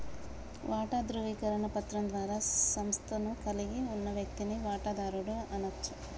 వాటా ధృవీకరణ పత్రం ద్వారా సంస్థను కలిగి ఉన్న వ్యక్తిని వాటాదారుడు అనచ్చు